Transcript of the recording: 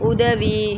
உதவி